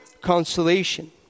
consolation